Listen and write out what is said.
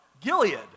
Gilead